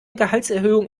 gehaltserhöhung